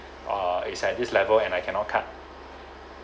oh it's at this level and I cannot cut